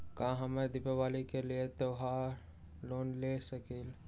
का हम दीपावली के लेल त्योहारी लोन ले सकई?